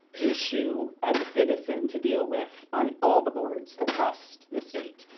issue as a citizen to deal with on all the boards across the state.